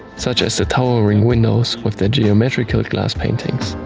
such as the towering windows with their geometrical glass paintings.